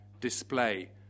display